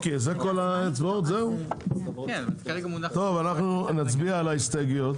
טוב, אנחנו נצביע על ההסתייגויות.